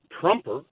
trumper